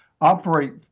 operate